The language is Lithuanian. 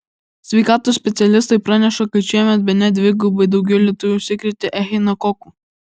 sveikatos specialistai praneša kad šiemet bene dvigubai daugiau lietuvių užsikrėtė echinokoku